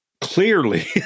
Clearly